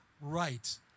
right